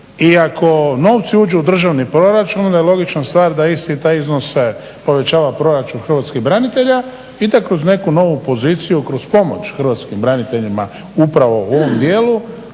I ako novci uđu u državni proračun onda je logična stvar da isti taj iznos se povećava proračun hrvatskih branitelja, ide kroz neku novu poziciju, kroz pomoć hrvatskim braniteljima upravo u ovom dijelu,